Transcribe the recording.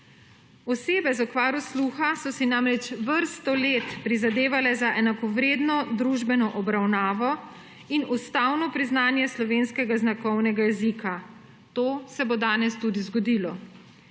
Osebe z okvaro sluha so se namreč vrsto let prizadevale za enakovredno družbeno obravnavo in ustavno priznanje slovenskega znakovnega jezika to se bo danes tudi zgodilo.